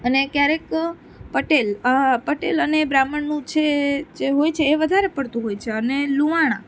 અને ક્યારેક પટેલ પટેલ અને બ્રાહ્મણનું છે જે હોય છે એ વધારે પડતું હોય છે અને લુહાણા